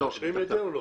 מאשרים את זה או לא?